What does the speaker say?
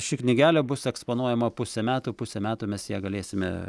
ši knygelė bus eksponuojama pusę metų pusę metų mes ją galėsime